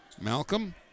Malcolm